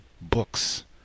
books